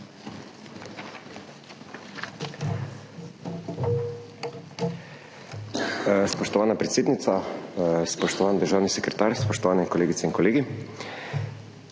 Spoštovana predsednica, spoštovani državni sekretar, spoštovani kolegice in kolegi!